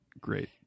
great